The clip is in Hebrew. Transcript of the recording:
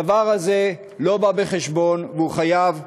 הדבר הזה לא בא בחשבון והוא חייב להיפסק.